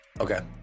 okay